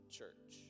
Church